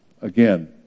Again